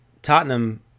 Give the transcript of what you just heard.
Tottenham